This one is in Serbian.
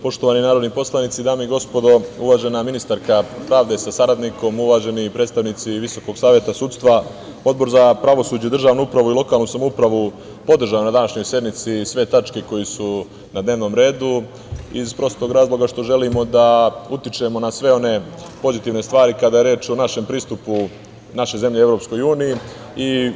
Poštovani narodni poslanici, dame i gospodo, uvažena ministarka pravde, sa saradnikom, uvaženi predstavnici Visokog saveta sudstva, Odbor za pravosuđe, državnu upravu i lokalnu samoupravu podržao je na današnjoj sednici sve tačke koje su na dnevnom redu, iz prostog razloga što želimo da utičemo na sve one pozitivne stvari kada je reč o pristupu naše zemlje Evropskoj uniji.